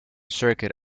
circuit